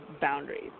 boundaries